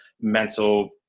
mental